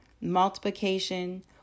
multiplication